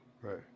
Right